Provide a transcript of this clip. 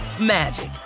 magic